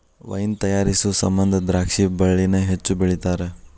wine ತಯಾರಿಸು ಸಮಂದ ದ್ರಾಕ್ಷಿ ಬಳ್ಳಿನ ಹೆಚ್ಚು ಬೆಳಿತಾರ